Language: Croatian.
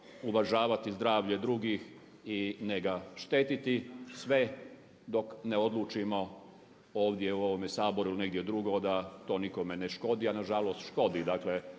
uvažavati zdravlje drugih i ne ga štetiti sve dok ne odlučimo ovdje u ovome Saboru nešto drugo da to nikome ne škodi, a nažalost škodi.